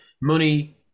money